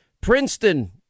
Princeton